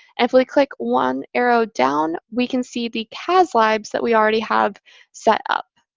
if we click one arrow down, we can see the cas libs that we already have set up.